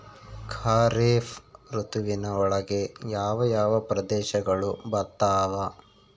ಖಾರೇಫ್ ಋತುವಿನ ಒಳಗೆ ಯಾವ ಯಾವ ಪ್ರದೇಶಗಳು ಬರ್ತಾವ?